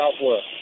southwest